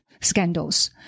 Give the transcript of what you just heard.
scandals